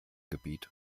gebiet